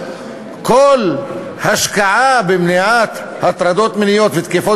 כל השקעה במניעת הטרדות מיניות ותקיפות